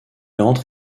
entre